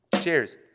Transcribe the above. cheers